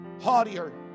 haughtier